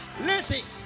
Listen